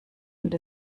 und